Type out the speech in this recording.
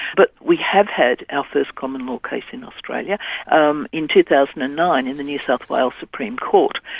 but we have had our first common law case in australia um in two thousand and nine, in the new south wales supreme court.